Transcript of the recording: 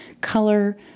color